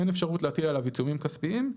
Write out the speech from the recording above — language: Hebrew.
אין אפשרות להטיל עליו עיצומים כספיים.